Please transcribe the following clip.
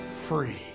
free